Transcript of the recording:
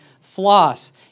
Floss